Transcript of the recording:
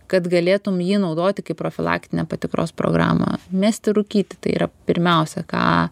kad galėtum jį naudoti kaip profilaktinę patikros programą mesti rūkyti tai yra pirmiausia ką